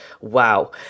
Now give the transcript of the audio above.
wow